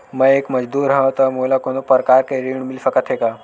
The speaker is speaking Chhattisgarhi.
मैं एक मजदूर हंव त मोला कोनो प्रकार के ऋण मिल सकत हे का?